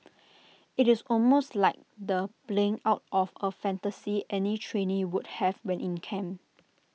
IT is almost like the playing out of A fantasy any trainee would have when in camp